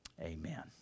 amen